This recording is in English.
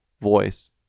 voice